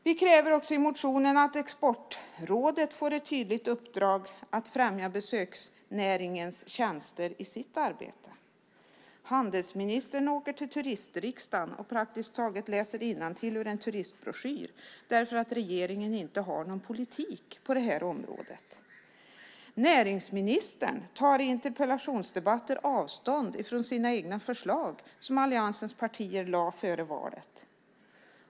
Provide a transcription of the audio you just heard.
Vi kräver också i motionen att Exportrådet får ett tydligt uppdrag att främja besöksnäringens tjänster i sitt arbete. Handelsministern åker till turistriksdagen och praktiskt taget läser innantill ur en turistbroschyr därför att regeringen inte har någon politik på det här området. Näringsministern tar i interpellationsdebatter avstånd från sina egna förslag, som alliansens partier lade fram före valet.